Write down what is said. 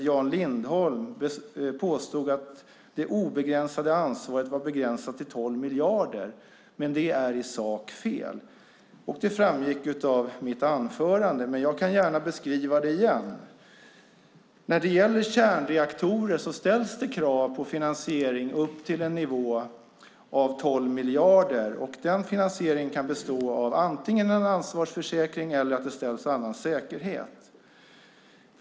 Jan Lindholm påstod att det obegränsade ansvaret var begränsat till 12 miljarder, men det är i sak fel. Det framgick av mitt anförande, men jag kan gärna beskriva det igen. När det gäller kärnreaktorer ställs det krav på finansiering upp till en nivå av 12 miljarder. Den finansieringen kan antingen bestå av en ansvarsförsäkring eller av att det ställs en annan säkerhet.